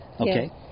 Okay